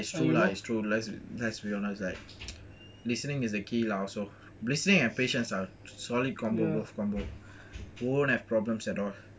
ya lah it's true lah it's true let's be honest listening is the key listening and patience solid combo won't have problems at all